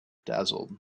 dazzled